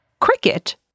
cricket